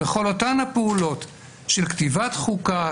בכל אותן הפעולות של כתיבת חוקה,